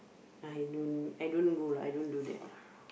I don't I don't go lah I don't do that lah